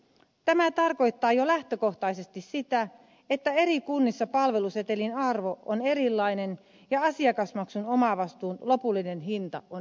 tämä tarkoittaa jo lähtökohtaisesti sitä että eri kunnissa palvelusetelin arvo on erilainen ja asiakasmaksun omavastuun lopullinen hinta on erilainen